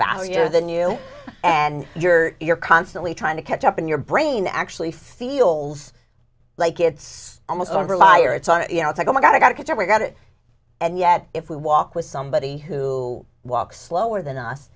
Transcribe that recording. valuer than you and you're you're constantly trying to catch up in your brain actually feels like it's almost over liar it's on you know it's like oh my god i got cancer we got it and yet if we walk with somebody who walks slower than us